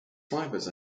fibres